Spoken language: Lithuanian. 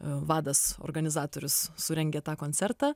vadas organizatorius surengė tą koncertą